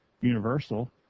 universal